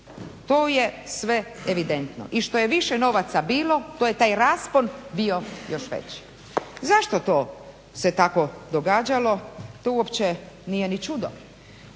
To je sve evidentno. I što je više novaca bilo to je taj raspon bio još veći. Zašto to se tako događalo? To uopće nije ni čudo.